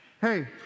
hey